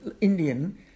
Indian